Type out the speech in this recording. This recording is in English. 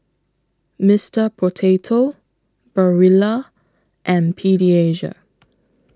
Mister Potato Barilla and Pediasure